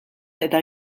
eta